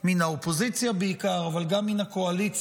מן האופוזיציה בעיקר אבל גם מן הקואליציה,